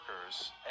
workers